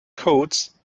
codes